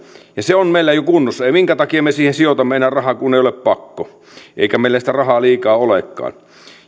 ja se on meillä jo kunnossa minkä takia me siihen sijoitamme enää rahaa kun ei ole pakko eikä meillä sitä rahaa liikaa olekaan